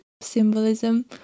symbolism